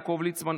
יעקב ליצמן,